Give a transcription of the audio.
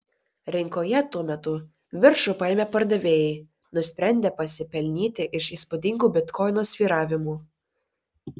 rinkoje tuo metu viršų paėmė pardavėjai nusprendę pasipelnyti iš įspūdingų bitkoino svyravimų